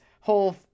whole